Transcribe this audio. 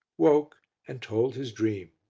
woke and told his dream.